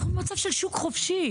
אנחנו במצב של שוק חופשי,